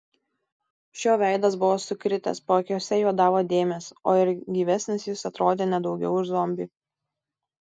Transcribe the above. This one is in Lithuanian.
šio veidas buvo sukritęs paakiuose juodavo dėmės o ir gyvesnis jis atrodė ne daugiau už zombį